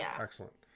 Excellent